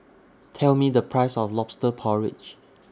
Tell Me The Price of Lobster Porridge